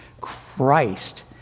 Christ